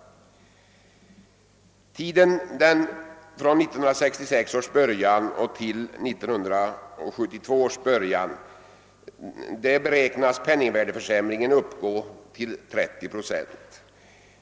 Under tiden från 1966 års början till 1972 års början beräknas penningvärdeförsämringen uppgå till 30 procent.